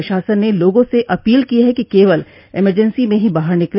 प्रशासन ने लोगों से अपील की है कि केवल इमरजेंसी में ही बाहर निकले